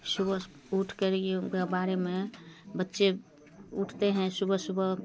सुबह से उठ कर ये के बारे में बच्चे उठते हैं सुबह सुबह